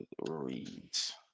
reads